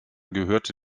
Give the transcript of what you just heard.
gehörte